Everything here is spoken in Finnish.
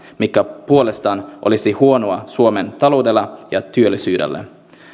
mikä puolestaan olisi huonoa suomen taloudelle ja työllisyydelle